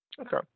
okay